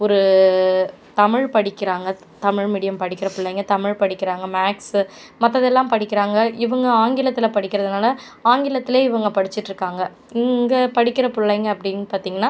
ஒரு தமிழ் படிக்கிறாங்க தமிழ் மீடியம் படிக்கிற பிள்ளைங்க தமிழ் படிக்கிறாங்க மேக்ஸ் மத்ததெல்லாம் படிக்கிறாங்க இவங்க ஆங்கிலத்தில் படிக்கிறதுனால் ஆங்கிலத்தில் இவங்க படிச்சிட்டுருக்காங்க இங்கே படிக்கிற பிள்ளைங்க அப்படின்னு பார்த்தீங்கன்னா